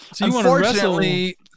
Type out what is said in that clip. Unfortunately